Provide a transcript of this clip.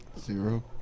Zero